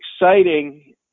exciting